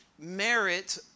merit